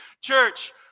Church